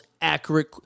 accurate